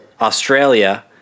Australia